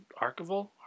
Archival